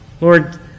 Lord